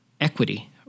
equity